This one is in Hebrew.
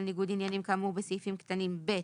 ניגוד עניינים כאמור בסעיפים קטנים (ב)